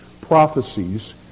prophecies